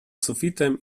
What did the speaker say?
sufitem